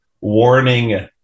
warning